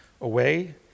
away